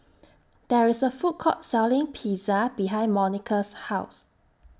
There IS A Food Court Selling Pizza behind Monica's House